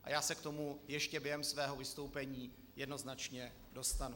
A já se k tomu ještě během svého vystoupení jednoznačně dostanu.